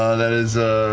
ah that is a